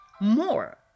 more